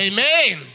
Amen